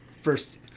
first